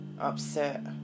upset